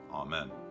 Amen